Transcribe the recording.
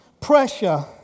pressure